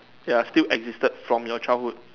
ya still existed from your childhood